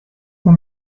pour